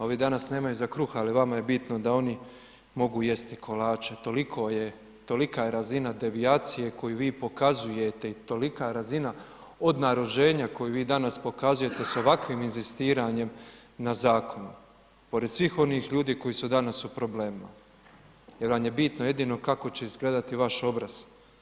Ovi danas nemaju za kruh, ali vama je bitno da oni mogu jesti kolače, tolika je razina devijacije, koju vi pokazujete i tolika razina odnarođena, koju vi danas pokazujete sa ovakvim inzistiranjem na zakon, pored svih onih ljudi, koji su danas u problemima, jer vam je bitno jedino kako će izgledati vaš obraz.